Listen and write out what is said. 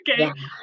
okay